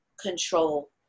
control